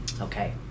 Okay